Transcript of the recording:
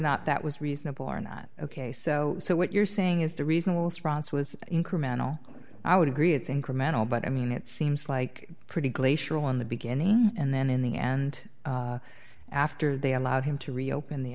not that was reasonable or not ok so so what you're saying is the reason was incremental i would agree it's incremental but i mean it seems like pretty glacial on the beginning and then in the end after they allowed him to reopen the